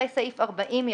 אחרי סעיף 40 יבוא: